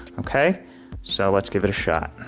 okay so let's give it a shot!